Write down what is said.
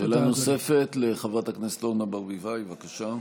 שאלה נוספת לחברת הכנסת אורנה ברביבאי, בבקשה.